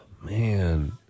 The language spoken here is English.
Man